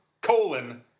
colon